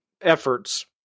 efforts